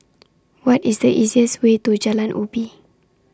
What IS The easiest Way to Jalan Ubi